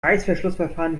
reißverschlussverfahren